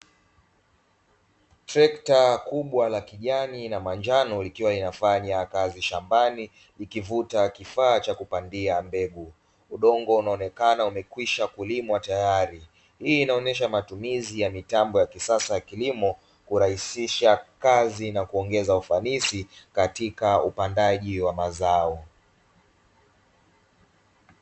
Trekta kubwa la kijani na manjano likiwa linafanya kazi shambani, likivuta kifaa cha kupandia mbegu, udongo unaonekana umekwisha kulimwa tayari. Hii inaonyesha matumizi ya mitambo ya kisasa ya kilimo, kurahisisha kazi na kuongeza ufanisi, katika upandaji wa mazao.